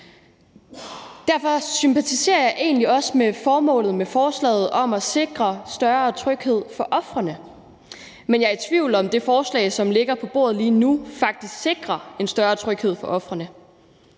Derfor sympatiserer jeg egentlig også med formålet med forslaget om at sikre større tryghed for ofrene, men jeg er i tvivl om, om det forslag, som ligger på bordet lige nu, faktisk sikrer en større tryghed for ofrene.